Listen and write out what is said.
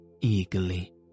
eagerly